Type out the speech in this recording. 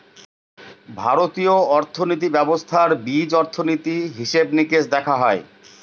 ভারতীয় অর্থনীতি ব্যবস্থার বীজ অর্থনীতি, হিসেব নিকেশ দেখা হয়